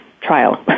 trial